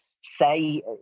say